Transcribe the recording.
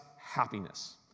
happiness